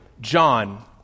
John